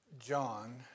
John